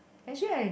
actually I